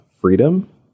freedom